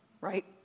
right